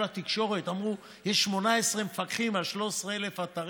כל התקשורת אמרו: יש 18 מפקחים על 13,000 אתרים.